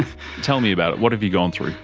tell me about it, what have you gone through?